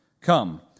Come